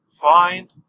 find